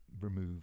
remove